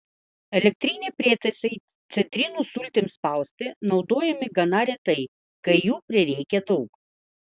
elektriniai prietaisai citrinų sultims spausti naudojami gana retai kai jų prireikia daug